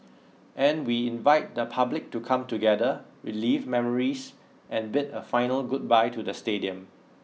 and we invite the public to come together relive memories and bid a final goodbye to the stadium